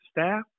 staff